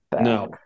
No